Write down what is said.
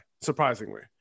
surprisingly